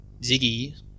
Ziggy